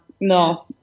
No